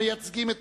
המייצגים את